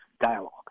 dialogue